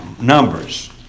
Numbers